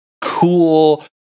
cool